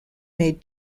made